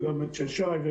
ושם את של שי.